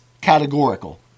categorical